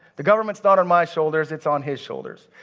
the governments not on my shoulders. it's on his shoulders.